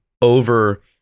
over